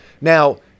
Now